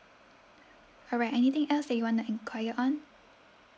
alright anything else that you want to enquire on